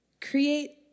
create